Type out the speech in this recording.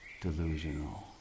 delusional